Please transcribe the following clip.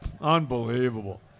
Unbelievable